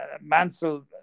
Mansell